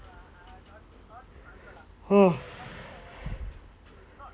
oh